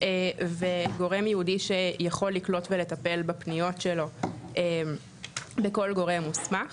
וגורם ייעודי שיכול לקלוט ולטפל בפניות שלו בכל גורם מוסמך.